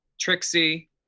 Trixie